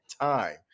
time